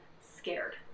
scared